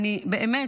באמת,